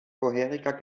vorheriger